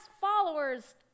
followers